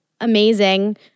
amazing